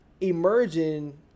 emerging